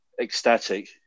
ecstatic